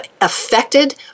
affected